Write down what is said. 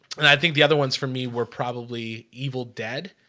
and i think the other ones for me were probably evil dead